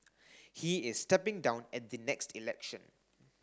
he is stepping down at the next election